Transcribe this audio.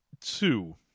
Two